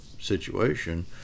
situation